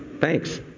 Thanks